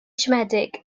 siomedig